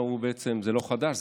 ואמרו: זה לא חדש,